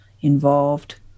involved